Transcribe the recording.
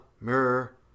mirror